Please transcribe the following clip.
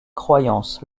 croyances